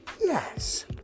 yes